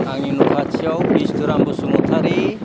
आंनि न' खाथियाव बिस्थुराम बसुमातारि